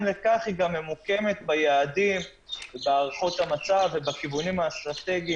לכך ביעדים ובהערכות המצב ובכיוונים האסטרטגיים,